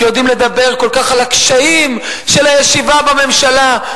שיודעים לדבר כל כך על הקשיים של הישיבה בממשלה,